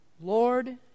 Lord